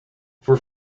for